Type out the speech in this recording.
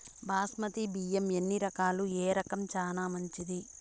బాస్మతి బియ్యం ఎన్ని రకాలు, ఏ రకం చానా మంచిది?